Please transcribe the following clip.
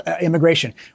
immigration